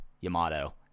Yamato